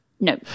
No